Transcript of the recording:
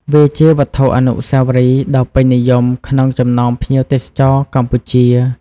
វាជាវត្ថុអនុស្សាវរីយ៍ដ៏ពេញនិយមក្នុងចំណោមភ្ញៀវទេសចរណ៍កម្ពុជា។